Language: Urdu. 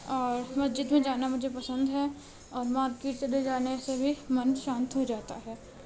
اور مسجد میں جانا مجھے پسند ہے اور مارکیٹ چلے جانے سے بھی من شانت ہو جاتا ہے